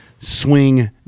swing